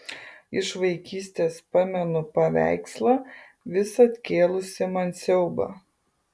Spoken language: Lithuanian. iš vaikystės pamenu paveikslą visad kėlusį man siaubą